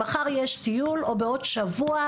מחר יש טיול או בעוד שבוע,